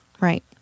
right